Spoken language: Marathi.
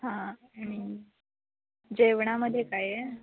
हां आणि जेवणामधे काय आहे